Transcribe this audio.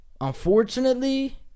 Unfortunately